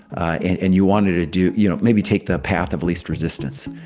ah and and you wanted to do, you know, maybe take the path of least resistance.